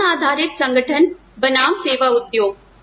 ज्ञान आधारित संगठन बनाम सेवा उद्योग